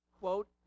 quote